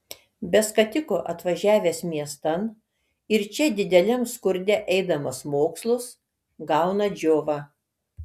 be skatiko atvažiavęs miestan ir čia dideliam skurde eidamas mokslus gauna džiovą